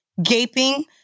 Gaping